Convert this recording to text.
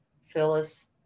Phyllis